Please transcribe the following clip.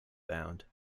bound